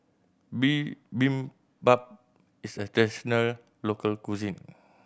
Bibimbap is a traditional local cuisine